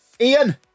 Ian